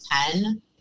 ten